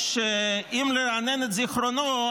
שאם לרענן את זיכרונו,